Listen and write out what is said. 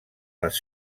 les